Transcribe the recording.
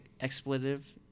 Expletive